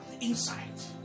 insight